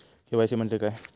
KYC म्हणजे काय?